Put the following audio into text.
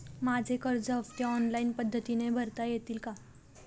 माझे कर्ज हफ्ते ऑनलाईन पद्धतीने भरता येतील का?